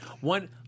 one